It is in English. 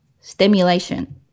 stimulation